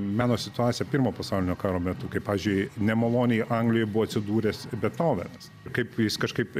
meno situaciją pirmo pasaulinio karo metu kaip pavyzdžiui nemaloniai anglijoj buvo atsidūręs bethovenas kaip jis kažkaip